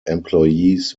employees